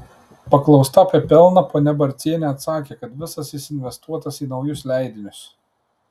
paklausta apie pelną ponia barcienė atsakė kad visas jis investuotas į naujus leidinius